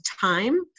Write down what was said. time